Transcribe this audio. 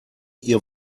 ihr